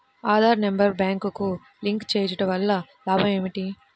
Aadhaar number బ్యాంక్నకు link చేయుటవల్ల లాభం ఏమిటి?